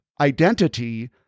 identity